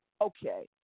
Okay